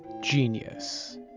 genius